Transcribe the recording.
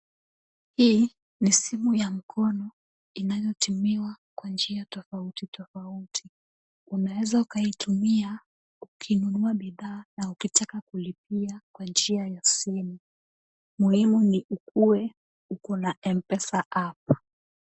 Hii ni simu ya mkono inayotumiwa kwa njia tofauti tofauti, unaweza ukaitumia ukinunua bidhaa na ukitaka kulipia kwa njia ya simu, muhimu ni ukuwe uko na Mpesa app .